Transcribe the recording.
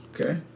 Okay